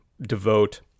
Devote